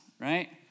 right